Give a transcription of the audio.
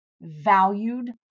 valued